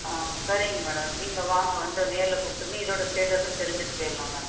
ஆ சரிங்க மேடம் நீங்கள் வாங்க வந்து நேரில் கொடுத்துருங்க இதோடய ஸ்டேட்டஸும் தெரிஞ்சுட்டு போய்டலாம் மேடம்